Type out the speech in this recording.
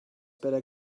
better